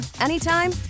anytime